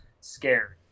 scared